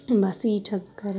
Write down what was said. بَس یی چھس بہٕ کَران